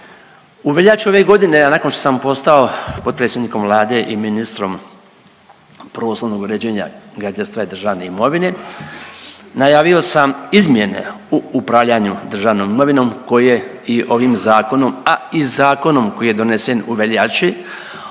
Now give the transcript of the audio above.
U veljači ove godine nakon što sam postao potpredsjednikom Vlade i ministrom prostornog uređenja, graditeljstva i državne imovine najavio sam izmjene u upravljanju državnom imovinom koje i ovim zakonom, a i zakonom koji je donesen u veljači